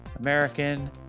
American